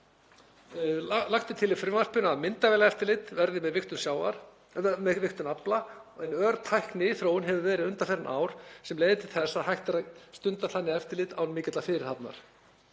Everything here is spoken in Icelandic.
Lagt er til í frumvarpinu að myndavélaeftirlit verði með vigtun afla en ör tækniþróun hefur verið undanfarin ár sem leiðir til þess að hægt er að stunda þannig eftirlit án mikillar fyrirhafnar.